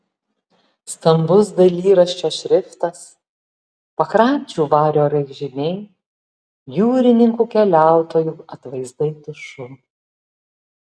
stambus dailyraščio šriftas pakrančių vario raižiniai jūrininkų keliautojų atvaizdai tušu